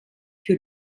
für